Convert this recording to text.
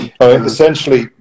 Essentially